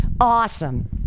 awesome